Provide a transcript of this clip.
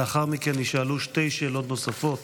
לאחר מכן יישאלו שתי שאלות נוספות,